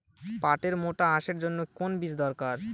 পাটের মোটা আঁশের জন্য কোন বীজ দরকার?